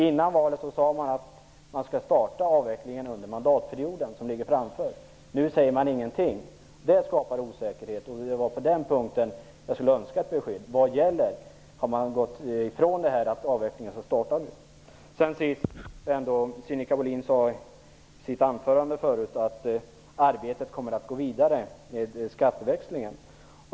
Innan valet sade man att avvecklingen skulle starta under den mandatperiod som ligger framför. Nu säger man ingenting. Det skapar osäkerhet. På den punkten skulle jag önska ett besked. Vad gäller? Har man gått ifrån att avvecklingen skall starta nu? Sinikka Bohlin sade i sitt anförande att arbetet med skatteväxlingen kommer att gå vidare.